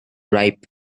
ripe